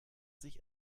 sich